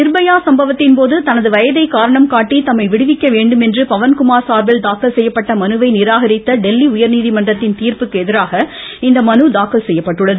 நிர்பயா சம்பவத்தின்போது தனது வயதை காரணம் காட்டி தம்மை விடுவிக்க வேண்டும் என்று பவன்குமார் சார்பில் தாக்கல் செய்யப்பட்ட மனுவை நிராகரித்த டெல்லி உயர்நீதிமன்றத்தின் தீர்ப்பிற்கு எதிராக இம்மனு தாக்கல் செய்யப்பட்டுள்ளது